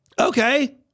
okay